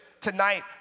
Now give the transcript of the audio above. tonight